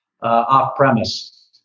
off-premise